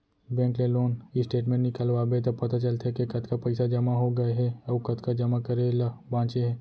bank ले loan statement निकलवाबे त पता चलथे के कतका पइसा जमा हो गए हे अउ कतका जमा करे ल बांचे हे